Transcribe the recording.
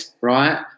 right